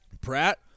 Pratt